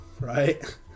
Right